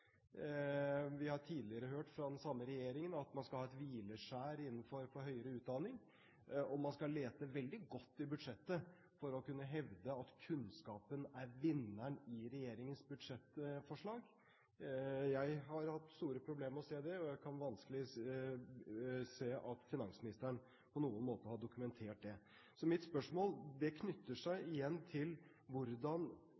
Vi har tidligere hørt fra den samme regjeringen at man skal ha et hvileskjær innenfor høyere utdanning, og man skal lete veldig godt i budsjettet for å kunne hevde at kunnskapen er vinneren i regjeringens budsjettforslag. Jeg har hatt store problemer med å se det, og jeg kan vanskelig se at finansministeren på noen måte har dokumentert det. Så mitt spørsmål knytter